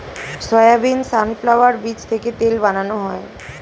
soybean, sunflower বীজ থেকে তেল বানানো হয়